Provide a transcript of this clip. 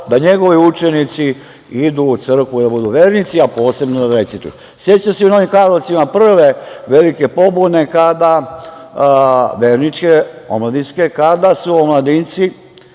da njegovi učenici idu u crkvu i da budu vernici, a posebno da recituju.Sećam se i u Novim Karlovcima prve velike pobune, verničke, omladinske kada su omladinci